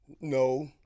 No